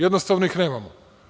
Jednostavno ih nemamo.